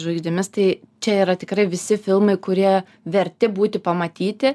žvaigždėmis tai čia yra tikrai visi filmai kurie verti būti pamatyti